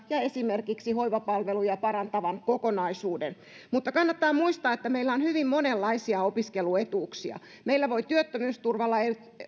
ja esimerkiksi hoivapalveluja parantavan kokonaisuuden mutta kannattaa muistaa että meillä on hyvin monenlaisia opiskeluetuuksia meillä voi työttömyysturvalla